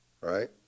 right